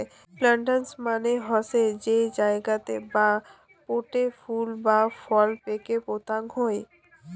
planters মানে হসে যেই জাগাতে বা পোটে ফুল বা ফল কে পোতাং হই